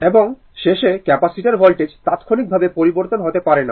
এবং শেষে capacitor voltage তাৎক্ষণিকভাবে পরিবর্তন হতে পারে না